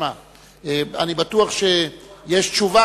אני בטוח שיש תשובה,